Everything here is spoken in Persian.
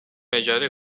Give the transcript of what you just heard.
اجاره